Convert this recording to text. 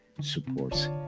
supports